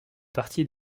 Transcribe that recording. partie